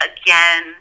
Again